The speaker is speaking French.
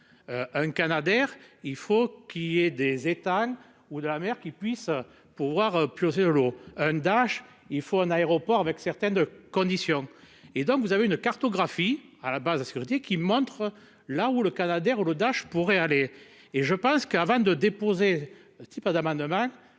Un Canadair. Il faut qu'il y ait des Ethan ou de la mère qui puissent pouvoir piocher eau d'Dash, il faut un aéroport avec certaines conditions et donc vous avez une cartographie à la base à scruter qui montre là où le Canadair Dash je pourrais aller et je pense qu'avant de déposer type d'amendements.